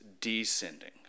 descending